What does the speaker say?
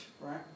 right